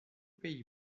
pays